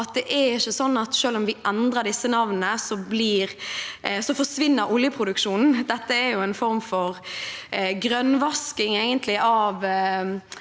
at det ikke er sånn at selv om vi endrer disse navnene, forsvinner oljeproduksjonen. Dette er jo egentlig en form for grønnvasking av